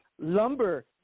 lumber